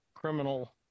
criminal